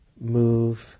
move